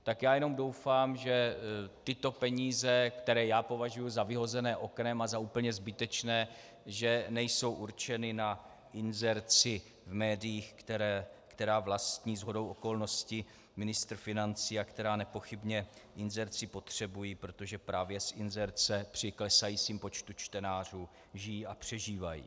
Tak já jenom doufám, že tyto peníze, které já považuji za vyhozené oknem a za úplně zbytečné, nejsou určeny na inzerci v médiích, která vlastní shodou okolností ministr financí a která nepochybně inzerci potřebují, protože právě z inzerce při klesajícím počtu čtenářů žijí a přežívají.